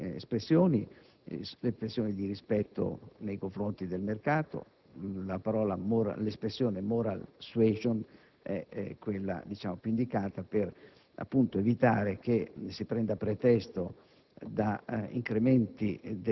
anche le sue manifestazioni di rispetto nei confronti del mercato. L'espressione *moral suasion* è quella più indicata per evitare che si prendano a pretesto